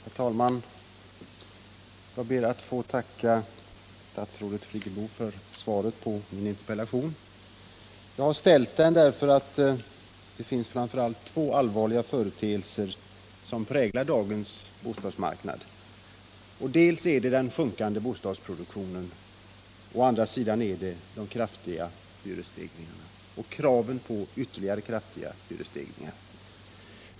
Herr talman! Jag ber att få tacka statsrådet Friggebo för svaret på min interpellation. Jag har ställt den därför att det finns framför allt två allvarliga företeelser som präglar dagens bostadsmarknad, nämligen dels den sjunkande bostadsproduktionen, dels de kraftiga hyresstegringarna och kraven på ytterligare kraftiga hyresstegringar.